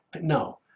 No